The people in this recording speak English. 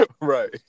Right